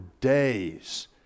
days